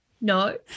No